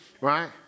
Right